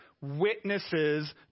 witnesses